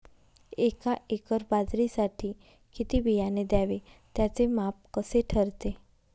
एका एकर बाजरीसाठी किती बियाणे घ्यावे? त्याचे माप कसे ठरते?